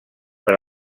per